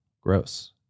Gross